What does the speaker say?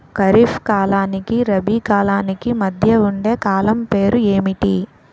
ఖరిఫ్ కాలానికి రబీ కాలానికి మధ్య ఉండే కాలం పేరు ఏమిటి?